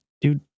dude